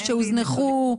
שהוזנחו,